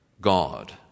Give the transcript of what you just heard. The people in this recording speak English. God